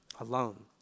alone